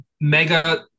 mega